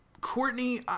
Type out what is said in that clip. Courtney